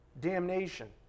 damnation